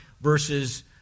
verses